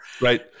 Right